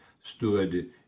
stood